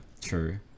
true